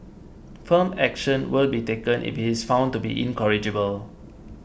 firm action will be taken if he is found to be incorrigible